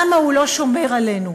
למה הוא לא שומר עלינו?